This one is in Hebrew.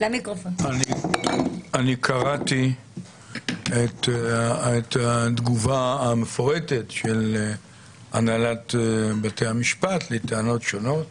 אני קראתי את התגובה המפורטת של הנהלת בתי המשפט לטענות שונות